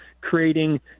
creating